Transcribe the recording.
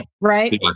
Right